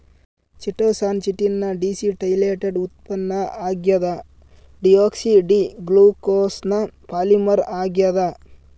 chitosan chitin ನ deacetylated ಉತ್ಪನ್ನ ಆಗ್ಯದ ಡಿಯೋಕ್ಸಿ ಡಿ ಗ್ಲೂಕೋಸ್ನ ಪಾಲಿಮರ್ ಆಗ್ಯಾದ